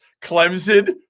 Clemson